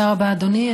תודה רבה, אדוני.